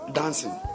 dancing